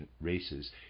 races